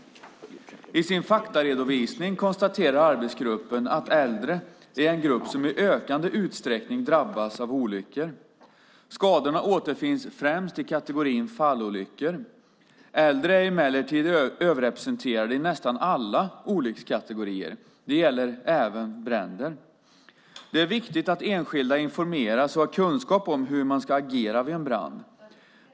I sin faktaredovisning konstaterar arbetsgruppen att äldre är en grupp som i ökande utsträckning drabbas av olyckor. Skadorna återfinns främst i kategorin fallolyckor. Äldre är emellertid överrepresenterade i nästan alla olyckskategorier. Detta gäller även bränder. Det är viktigt att enskilda informeras och har kunskap om hur man ska agera vid en brand.